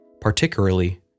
particularly